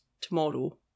tomorrow